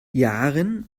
yaren